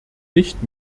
nicht